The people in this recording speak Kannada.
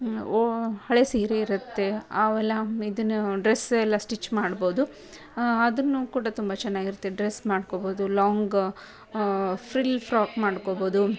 ಓ ಹಳೆ ಸೀರೆ ಇರುತ್ತೆ ಅವೆಲ್ಲ ಇದನ್ನು ಡ್ರಸ್ಸು ಎಲ್ಲ ಸ್ಟಿಚ್ ಮಾಡ್ಬೋದು ಅದನ್ನೂ ಕೂಡ ತುಂಬ ಚೆನ್ನಾಗಿರುತ್ತೆ ಡ್ರಸ್ ಮಾಡ್ಕೊಬೋದು ಲಾಂಗ್ ಫ್ರಿಲ್ ಫ್ರಾಕ್ ಮಾಡ್ಕೊಬೋದು